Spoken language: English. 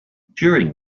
during